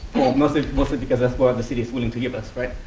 well, mostly mostly because that's where the city's willing to give us, right?